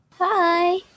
hi